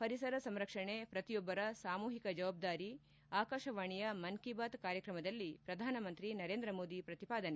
ಪರಿಸರ ಸಂರಕ್ಷಣೆ ಪ್ರತಿಯೊಬ್ಬರ ಸಾಮೂಹಿಕ ಜವಾಬ್ದಾರಿ ಆಕಾಶವಾಣಿಯ ಮನ್ ಕೀ ಬಾತ್ ಕಾರ್ಯಕ್ರಮದಲ್ಲಿ ಪ್ರಧಾನಮಂತ್ರಿ ನರೇಂದ್ರ ಮೋದಿ ಪ್ರತಿಪಾದನೆ